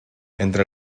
entre